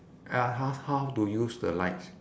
uh how how to use the lights